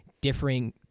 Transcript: differing